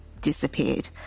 disappeared